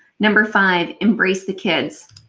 number five embrace the kids.